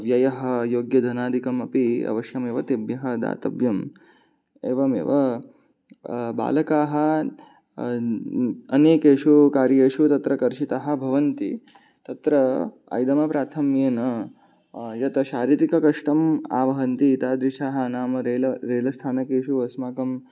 व्ययः योग्यधनादिकम् अपि अवश्यमेव तेभ्यः दातव्यम् एवमेव बालकाः अनेकेषु कार्येषु तत्र कर्षिताः भवन्ति तत्र ऐदम्प्रा थम्येन यत् शारीरिककष्टम् आवहन्ति तादृशः नाम रेल रेलस्थानकेषु अस्माकं